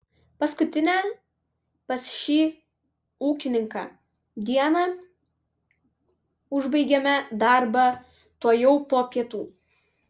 paskutinę pas šį ūkininką dieną užbaigėme darbą tuojau po pietų